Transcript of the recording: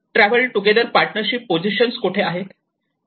travel together partnership position कोठे आहेत